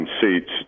seats